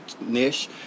niche